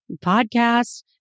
podcasts